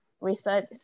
research